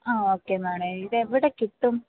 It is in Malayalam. അ ഓക്കേ മാഡം ഇതെവിടെ കിട്ടും